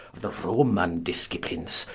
of the roman disciplines,